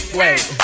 wait